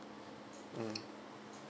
mm